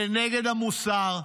זה נגד המוסר.